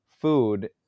food